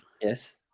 yes